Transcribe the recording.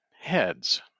heads